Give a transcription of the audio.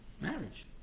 marriage